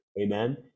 amen